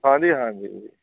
ਹਾਂਜੀ ਹਾਂਜੀ